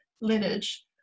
lineage